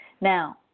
Now